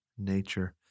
Nature